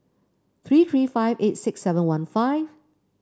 three three five eight six seven one five